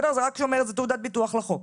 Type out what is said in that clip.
זה רק שומר איזו תעודת ביטוח לחוק.